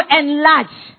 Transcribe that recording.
enlarge